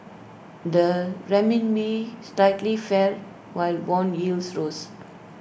the Renminbi slightly fell while Bond yields rose